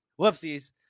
whoopsies